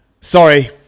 sorry